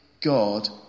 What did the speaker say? God